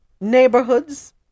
neighborhoods